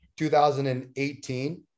2018